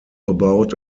about